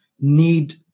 need